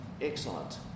Excellent